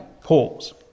pause